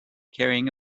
carrying